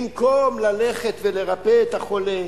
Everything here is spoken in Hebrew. במקום ללכת לרפא את החולה,